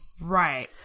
Right